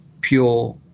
pure